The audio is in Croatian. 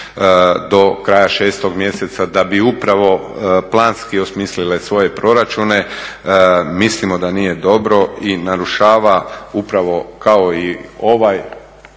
do kraja 6. mjeseca da bi upravo planski osmislile svoje proračune, mislimo da nije dobro i narušava upravo kao i ove